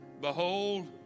Behold